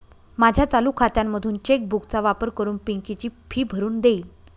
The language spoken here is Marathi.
माझ्या चालू खात्यामधून चेक बुक चा वापर करून पिंकी ची फी भरून देईल